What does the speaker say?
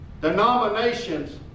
denominations